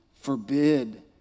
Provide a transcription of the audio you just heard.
forbid